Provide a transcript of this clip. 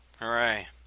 Hooray